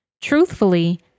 Truthfully